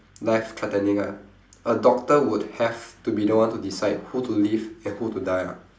life threatening ah a doctor would have to be the one to decide who to live and who to die lah